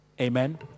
Amen